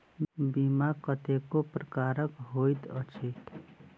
बीमा कतेको प्रकारक होइत अछि